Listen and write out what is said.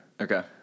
Okay